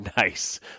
nice